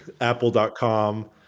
Apple.com